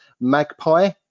magpie